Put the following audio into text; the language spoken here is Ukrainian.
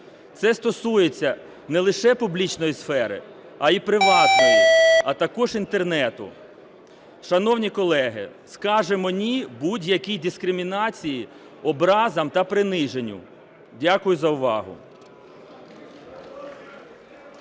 Це стосується не лише публічної сфери, а і приватної, а також Інтернету. Шановні колеги, скажімо "ні" будь-якій дискримінації, образам та приниженню. Дякую за увагу.